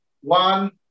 one